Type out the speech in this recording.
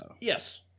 Yes